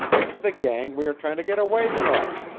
it's the gang we are trying to get away from.